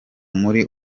muri